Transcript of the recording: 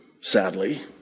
sadly